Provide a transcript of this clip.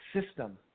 system